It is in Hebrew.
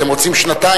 אתם רוצים שנתיים,